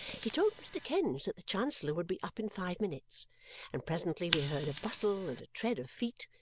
he told mr. kenge that the chancellor would be up in five minutes and presently we heard a bustle and a tread of feet,